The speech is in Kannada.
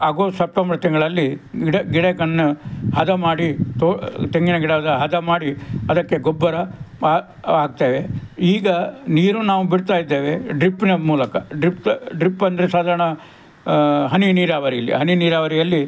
ಆಗೋಸ್ಟ್ ಸಪ್ಟೆಂಬರ್ ತಿಂಗಳಲ್ಲಿ ಗಿಡ ಗಿಡಕನ್ನು ಹದ ಮಾಡಿ ತೋ ತೆಂಗಿನ ಗಿಡದ ಹದ ಮಾಡಿ ಅದಕ್ಕೆ ಗೊಬ್ಬರ ಹಾಕ್ತೇವೆ ಈಗ ನೀರು ನಾವು ಬಿಡ್ತಾ ಇದ್ದೇವೆ ಡ್ರಿಪ್ಪಿನ ಮೂಲಕ ಡ್ರಿಪ್ ಡ್ರಿಪ್ ಅಂದರೆ ಸಾಧಾರಣ ಹನಿ ನೀರಾವರಿಯಲ್ಲಿ ಹನಿ ನೀರಾವರಿಯಲ್ಲಿ